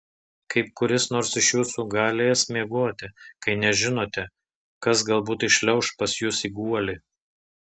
kaip kuris nors iš jūsų galės miegoti kai nežinote kas galbūt įšliauš pas jus į guolį